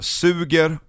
suger